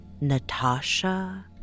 Natasha